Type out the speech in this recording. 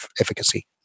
efficacy